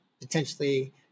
potentially